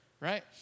right